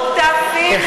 כשותפים למונופול.